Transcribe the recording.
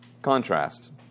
Contrast